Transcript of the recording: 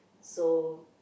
so